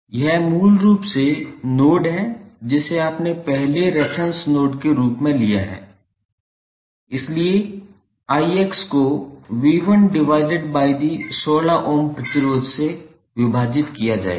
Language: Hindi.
यह मूल रूप से नोड है जिसे आपने पहले रेफेरेंस नोड के रूप में लिया है इसलिए 𝐼𝑋 को 𝑉1 divided by the 16 ओम प्रतिरोध से विभाजित किया जाएगा